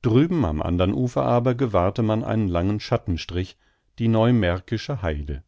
drüben am andern ufer aber gewahrte man einen langen schattenstrich die neumärkische haide